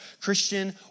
Christian